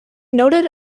noted